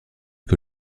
que